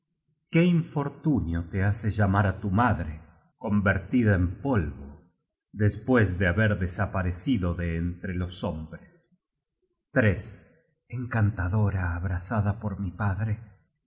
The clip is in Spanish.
qué infortunio te hace llamar á tu madre convertida en polvo despues de haber desaparecido de entre los hombres encantadora abrazada por mi padre